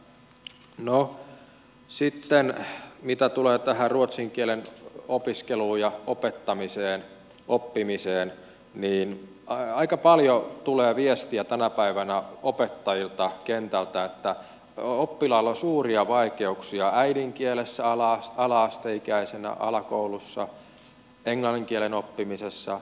no mitä tulee tähän ruotsin kielen opiskeluun ja opettamiseen oppimiseen niin aika paljon tulee tänä päivänä opettajilta kentältä viestiä että oppilaalla on suuria vaikeuksia äidinkielessä alakoulussa englannin kielen oppimisessa